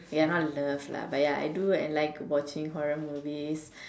ya not love lah but ya I do like watching horror movies